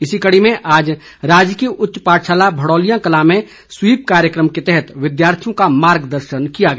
इसी कड़ी में आज राजकीय उच्च पाठशाला भड़ौलियां कलां में स्वीप कार्यक्रम के तहत विद्यार्थियों का मार्गदर्शन किया गया